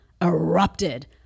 erupted